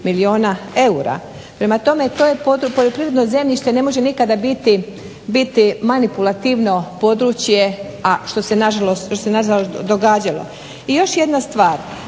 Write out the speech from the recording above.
milijuna eura. Prema tome, to poljoprivredno zemljište ne može nikada biti manipulativno područje, a što se nažalost događalo. I još jedna stvar,